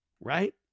Right